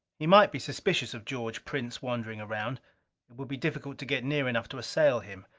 he might be suspicious of george prince wandering around it would be difficult to get near enough to assail him.